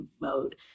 mode